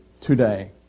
today